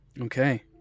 Okay